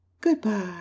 Goodbye